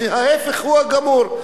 ההיפך הגמור.